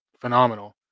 phenomenal